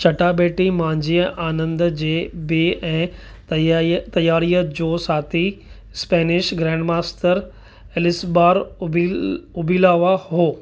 चटाभेटी मांझि आनंद जे ॿिए ऐं तयाई तयारीअ जो साथी स्पेनिश ग्रैंडमास्टर एलिसबार उबिल उबिलावा हो